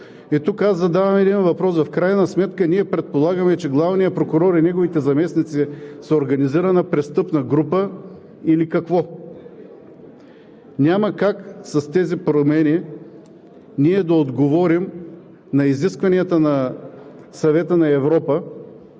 тук задавам един въпрос: в крайна сметка ние предполагаме, че главният прокурор и неговите заместници са организирана престъпна група или какво? Няма как с тези промени ние да отговорим на изискванията на Съвета на Европа.